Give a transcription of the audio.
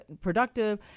productive